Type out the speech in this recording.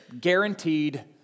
Guaranteed